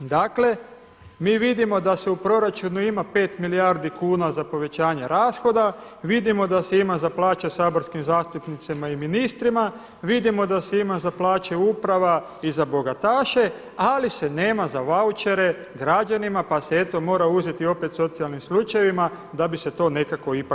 Dakle mi vidimo da se u proračunu ima pet milijardi kuna za povećanje rashoda, vidimo da se ima za plaće saborskim zastupnicima i ministrima, vidimo da se ima za plaće uprava i za bogataše, ali se nema za vaučere građanima pa se eto mora uzeti opet socijalnim slučajevima da bi se to nekako ipak opravdalo.